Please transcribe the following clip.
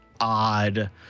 odd